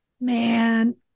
man